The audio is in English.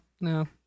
no